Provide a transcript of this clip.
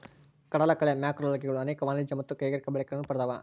ಕಡಲಕಳೆ ಮ್ಯಾಕ್ರೋಲ್ಗೆಗಳು ಅನೇಕ ವಾಣಿಜ್ಯ ಮತ್ತು ಕೈಗಾರಿಕಾ ಬಳಕೆಗಳನ್ನು ಪಡ್ದವ